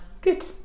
Good